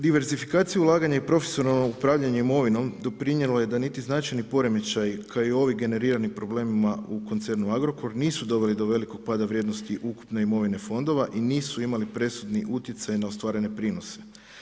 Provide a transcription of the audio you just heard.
Diversifikacija ulaganja i profesionalno upravljanje imovinom doprinijelo je da niti značajni poremećaji kao i ovi generiranim problemima u koncernu Agrokor nisu doveli do velikog pada vrijednosti ukupne imovine fondova i nisu imali presudni utjecaj na ostvarene prinose.